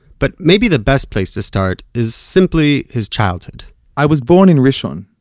but maybe the best place to start is simply his childhood i was born in rishon,